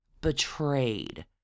betrayed